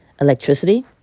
Electricity